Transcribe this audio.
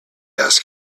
asked